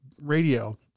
Radio